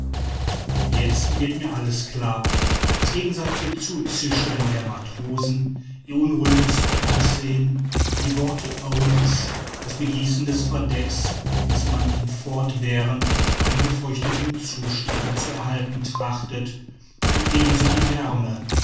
jetzt wird mir alles klar das gegenseitige zuzischeln der matrosen ihr unruhiges aussehen die worte owen's das begießen des verdecks das man in fortwährend angefeuchtetem zustande zu erhalten trachtet und ebenso die wärme